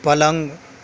پلنگ